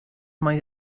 mae